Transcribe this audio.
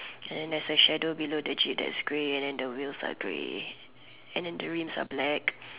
and then there's a shadow below jeep that's grey and then the wheels are grey and then the rinse are black